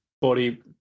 body